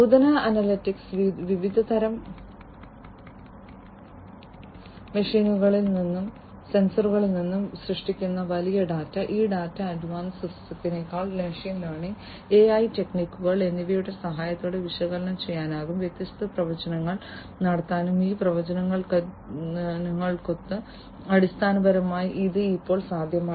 നൂതന അനലിറ്റിക്സ് വിവിധ തരം മെഷീനുകളിൽ നിന്നും സെൻസറുകളിൽ നിന്നും സൃഷ്ടിക്കുന്ന വലിയ ഡാറ്റ ഈ data advance statistical machine learning AI ടെക്നിക്കുകൾ എന്നിവയുടെ സഹായത്തോടെ വിശകലനം ചെയ്യാനും വ്യത്യസ്ത പ്രവചനങ്ങൾ നടത്താനും ഈ പ്രവചനങ്ങൾക്കകത്ത് അടിസ്ഥാനപരമായി ഇത് ഇപ്പോൾ സാധ്യമാണ്